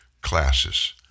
classes